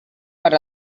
per